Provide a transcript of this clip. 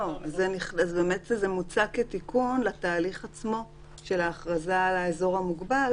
זה מוצע כתיקון לתהליך עצמו של ההכרזה על האזור המוגבל,